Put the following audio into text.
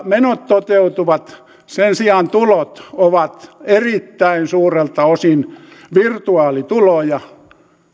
menot toteutuvat sen sijaan tulot ovat erittäin suurelta osin virtuaalituloja